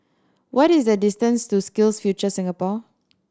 what is the distance to SkillsFuture Singapore